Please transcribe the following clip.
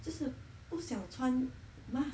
就是不想穿 mask